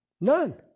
None